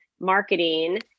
marketing